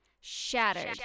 shattered